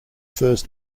first